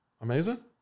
Amazing